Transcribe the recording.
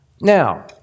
Now